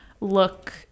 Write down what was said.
look